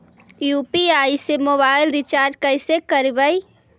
UPI से mobile recharge कैसे करबइ?